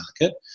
market